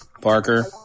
Parker